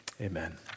Amen